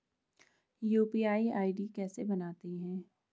UPI ID कैसे बनाते हैं?